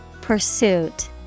pursuit